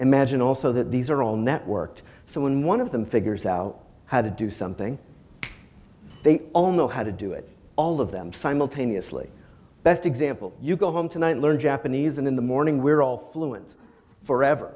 imagine also that these are all networked so when one of them figures out how to do something they don't know how to do it all of them simultaneously best example you go home tonight learn japanese in the morning we're all fluent forever